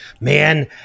Man